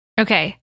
Okay